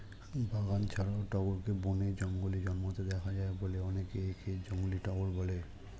বাগান ছাড়াও টগরকে বনে, জঙ্গলে জন্মাতে দেখা যায় বলে অনেকে একে জংলী টগর বলে